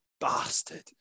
bastard